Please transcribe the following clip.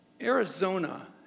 Arizona